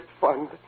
fund